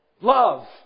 Love